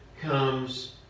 comes